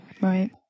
right